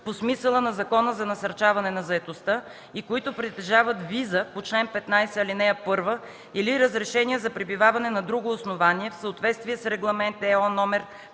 по смисъла на Закона за насърчаване на заетостта, и които притежават виза по чл. 15, ал. 1 или разрешение за пребиваване на друго основание в съответствие с Регламент (ЕО) №